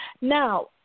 Now